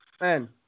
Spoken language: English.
Man